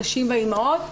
הנשים והאימהות,